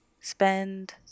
spend